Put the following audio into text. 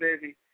baby